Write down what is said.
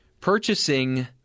purchasing